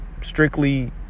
strictly